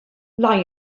lei